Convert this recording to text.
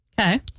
Okay